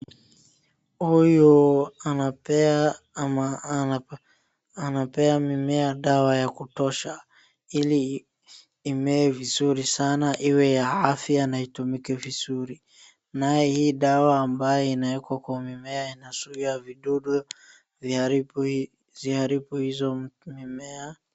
Huyu anapea ama anapea mimea dawa ya kutosha ili imee vizuri sana iwe ya afya na itumike vizuri, naye hii dawa ambaye inaekwa kwa mimea inazuia vidudu ziharibu hizo mimea.